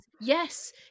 Yes